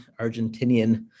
Argentinian